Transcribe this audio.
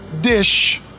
dish